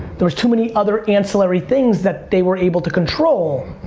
there was too many other ancillary things that they were able to control.